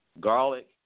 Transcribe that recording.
garlic